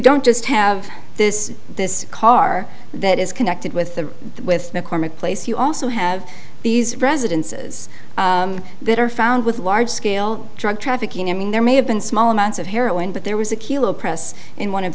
don't just have this this car that is connected with the with mccormick place you also have these residences that are found with large scale drug trafficking i mean there may have been small amounts of heroin but there was a killer press in one of